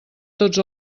tots